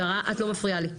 את לא מפריעה לי.